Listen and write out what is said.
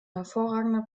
hervorragende